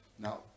Now